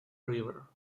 river